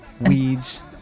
Weeds